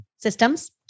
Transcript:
Systems